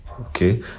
Okay